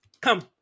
come